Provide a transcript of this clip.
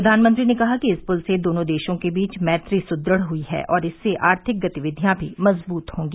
प्रधानमंत्री ने कहा कि इस पुल से दोनों देशों के बीच मैत्री सुदृढ़ हुई है और इससे आर्थिक गतिविधियां भी मजबूत होंगी